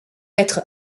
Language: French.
être